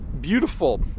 beautiful